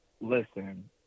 listen